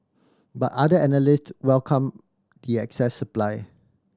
but other analyst welcomed the excess supply